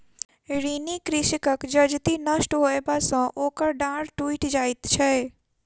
ऋणी कृषकक जजति नष्ट होयबा सॅ ओकर डाँड़ टुइट जाइत छै